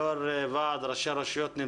יושב ראש ועד ראשי הרשויות.